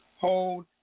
Hold